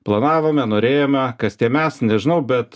planavome norėjome kas tie mes nežinau bet